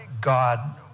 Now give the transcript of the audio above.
God